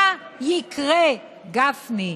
מה יקרה, גפני?